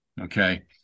Okay